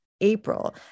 April